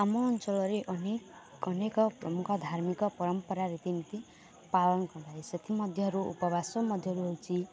ଆମ ଅଞ୍ଚଳରେ ଅନେକ ଅନେକ ପ୍ରମୁଖ ଧାର୍ମିକ ପରମ୍ପରା ରୀତିନୀତି ପାଳନ କରାଯାଏ ସେଥିମଧ୍ୟରୁ ଉପବାସ ମଧ୍ୟ ରହୁଛି